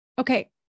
Okay